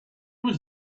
was